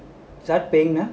start பண்ணியா:panniyaa